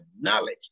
knowledge